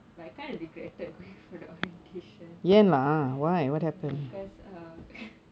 but I kind of regretted going for the orientation ya because